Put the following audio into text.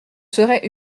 serait